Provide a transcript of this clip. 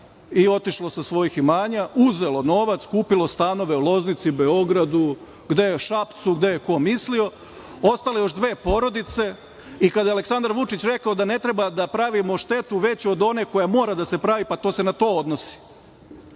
i otišlo sa svojih imanja, uzelo novac, kupilo stanove u Loznici, Beogradu, Šapcu, gde je ko mislio, ostale još dve porodice i kada je Aleksandar Vučić rekao da ne treba da pravimo štetu veću od one koja mora da se pravi, pa to se na to odnosi.